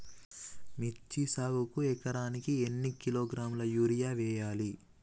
మిర్చి సాగుకు ఎకరానికి ఎన్ని కిలోగ్రాముల యూరియా వేయాలి?